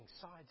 sides